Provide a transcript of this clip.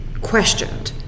questioned